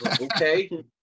Okay